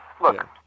Look